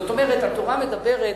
זאת אומרת, התורה מדברת,